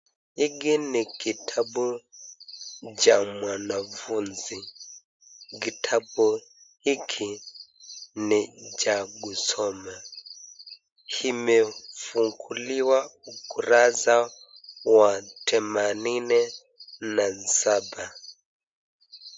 Hiki ni kitabu cha mwanafunzi kitabu hiki ni cha kusoma imefunguliwa ukurasa wa themanini na Saba.